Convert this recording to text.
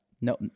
No